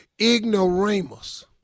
ignoramus